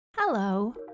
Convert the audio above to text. Hello